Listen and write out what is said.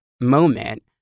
moment